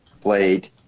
played